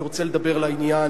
אני רוצה לדבר לעניין,